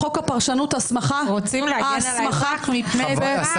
בחוק הפרשנות ההסמכה --- רוצים להגן על האזרח מפני --- עבריין.